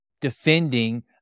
defending